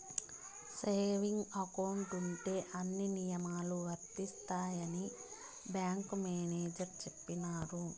saving account ఉంటే అన్ని నియమాలు వర్తిస్తాయని బ్యాంకు మేనేజర్ చెప్పినారు